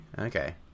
Okay